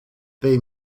that